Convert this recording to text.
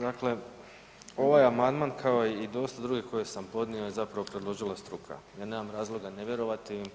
Dakle, ovaj amandman kao i dosta drugih koje sam podnio je zapravo predložila struka jer nemam razloga ne vjerovati im